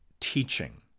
Teaching